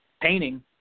painting